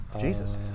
Jesus